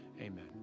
amen